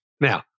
now